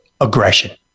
aggression